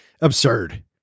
Absurd